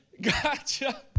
Gotcha